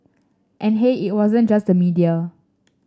and hey it wasn't just the media